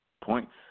points